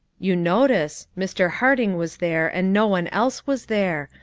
you notice mr. harding was there and no one else was there.